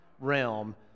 realm